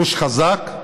גוש חזק.